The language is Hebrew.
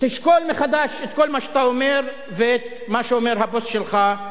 תשקול מחדש את כל מה שאתה אומר ואת מה שאומר הבוס שלך,